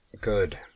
Good